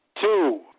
two